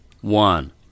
One